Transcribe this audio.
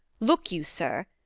look you, sir!